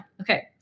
Okay